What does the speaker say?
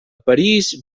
parís